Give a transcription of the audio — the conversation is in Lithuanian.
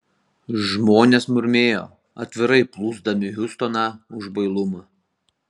žmonės murmėjo atvirai plūsdami hiustoną už bailumą